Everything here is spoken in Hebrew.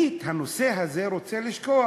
אני את הנושא הזה רוצה לשכוח.